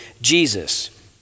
Jesus